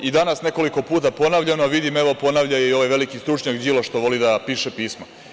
I danas nekoliko puta ponavljano, a vidim, evo, ponavlja je i ovaj veliki stručnjak, Đilas, što voli da piše pisma.